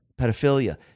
pedophilia